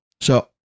So-